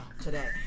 today